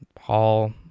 Hall